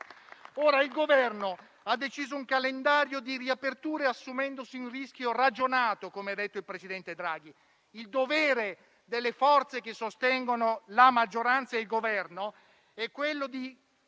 Il Governo ha deciso ora un calendario di riaperture, assumendosi un rischio ragionato, come ha detto il presidente Draghi. Il dovere delle forze che sostengono la maggioranza e il Governo è aiutare e